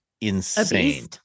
insane